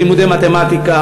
זה לימודי מתמטיקה,